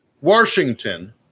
Washington